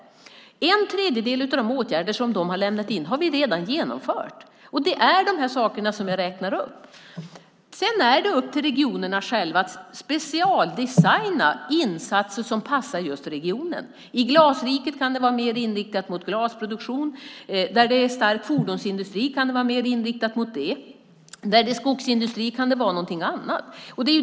En tredjedel av de förslag till åtgärder som de har lämnat in har vi redan genomfört. Det är de saker jag har räknat upp. Sedan är det upp till regionerna själva att specialdesigna insatser som passar just regionerna. I Glasriket kan det vara mer inriktat mot glasproduktion. Där det är en stark fordonsindustri kan det vara mer inriktat mot det. Där det är skogsindustri kan det vara något annat.